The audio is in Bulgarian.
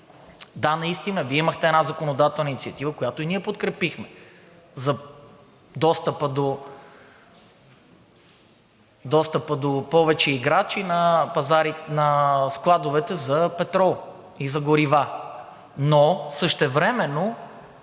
Да, наистина Вие имахте една законодателна инициатива, която и ние подкрепихме, за достъп на повече играчи до складовете за петрол и за горива, но същевременно,